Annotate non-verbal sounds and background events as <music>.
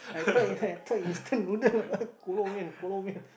I thought I thought instant noodle <laughs> Kolo Mian Kolo Mian